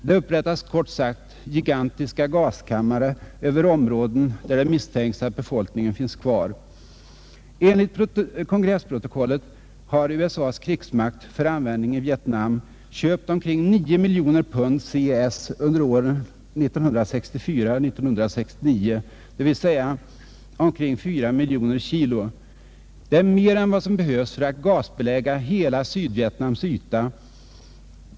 Det upprättas kort sagt gigantiska gaskammare över områden där det misstänks att befolkningen finns kvar. Vietnam köpt omkring 9 miljoner pund CS under ären 1964—1969, dvs. omkring 4 miljoner kilo. Det är mer än vad som behövs för att gasbelägga hela Sydvietnams yta.